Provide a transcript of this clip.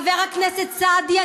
חבר הכנסת סעדי,